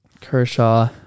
Kershaw